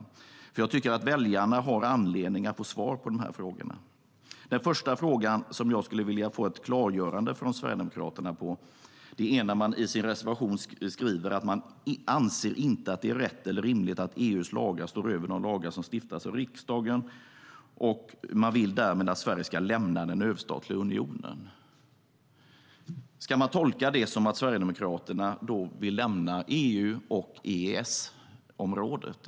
Jag tycker nämligen att väljarna har anledning att få svar. Den första frågan jag skulle vilja få ett klargörande av Sverigedemokraterna om handlar om att de i sin reservation skriver att de inte anser det vara rätt eller rimligt att EU:s lagar står över de lagar som stiftas av riksdagen. De vill därmed att Sverige ska lämna den överstatliga unionen. Ska man tolka det som att Sverigedemokraterna vill lämna EU och EES-området?